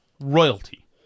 Royalty